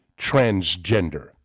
transgender